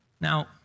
Now